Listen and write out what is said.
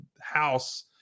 house